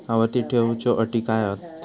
आवर्ती ठेव च्यो अटी काय हत?